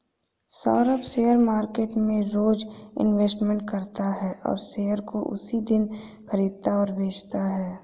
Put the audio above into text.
Saurabh share market में रोज investment करता है और शेयर को उसी दिन खरीदता और बेचता है